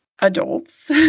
adults